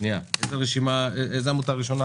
עמותה זו,